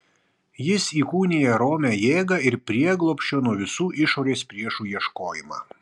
jis įkūnija romią jėgą ir prieglobsčio nuo visų išorės priešų ieškojimą